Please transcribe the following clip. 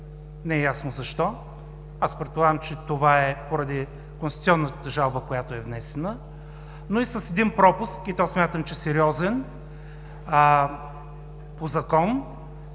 не е ясно защо. Предполагам, че това е поради конституционната жалба, която е внесена, но и с един пропуск, и то смятам сериозен – по Закон